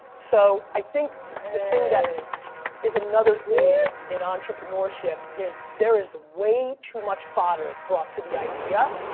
so i think the thing that is another theme in entrepreneurship is there is way too much fodder brought to the idea.